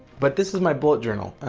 but this is my bullet journal.